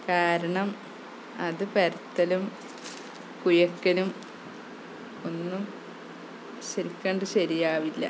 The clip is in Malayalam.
കാരണം അത് പരത്തലും കുഴക്കലും ഒന്നും ശരിക്കങ്ങോട്ട് ശരിയാകില്ല